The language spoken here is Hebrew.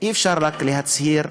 רק בגלל סימנים